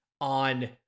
on